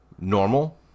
normal